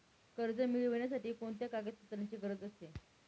कर्ज मिळविण्यासाठी कोणत्या कागदपत्रांची गरज असते?